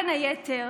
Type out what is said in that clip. בין היתר,